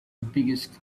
biggest